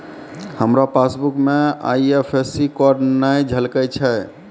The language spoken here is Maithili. हमरो पासबुक मे आई.एफ.एस.सी कोड नै झलकै छै